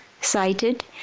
cited